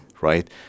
right